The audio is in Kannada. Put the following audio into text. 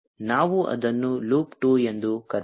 ನಾವು ಅದನ್ನು ಲೂಪ್ 2 ಎಂದು ಕರೆಯೋಣ